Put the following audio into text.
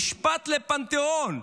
משפט לפנתאון,